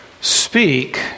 speak